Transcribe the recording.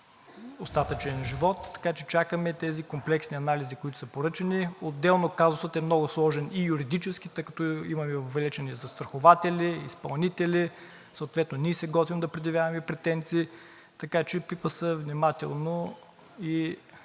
остатъчен живот. Така че чакаме тези комплексни анализи, които са поръчани. Отделно, казусът е много сложен и юридически, тъй като имаме въвлечени застрахователи, изпълнители, съответно ние се готвим да предявяваме претенции. Така че пипа се внимателно и